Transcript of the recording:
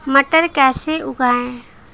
मटर कैसे उगाएं?